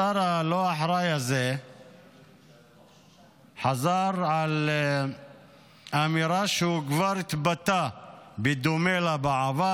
השר הלא אחראי הזה חזר על אמירה שכבר התבטא בדומה לה בעבר.